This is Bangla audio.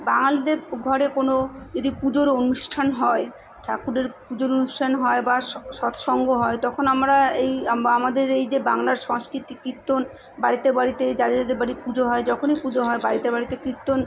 বাঙালিদের ঘরে কোনো যদি কোনো পুজোর অনুষ্ঠান হয় ঠাকুরের পুজোর অনুষ্ঠান হয় বা স সৎসঙ্গ হয় তখন আমরা এই আমা আমাদের এই যে বাংলার সংস্কৃতি কীর্তন বাড়িতে বাড়িতেই যাদের যাদের বাড়ি পুজো হয় যখনই পুজো হয় বাড়িতে বাড়িতে কীর্তন